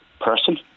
person